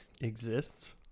exists